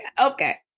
Okay